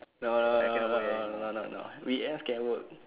no no no no no no no weekends can work